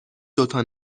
دوتا